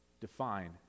define